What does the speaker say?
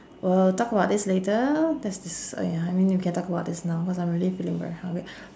we'll talk about this later that's this !aiya! I mean we can talk about this now cause I'm really feeling very hungry